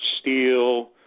steel